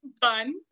Fun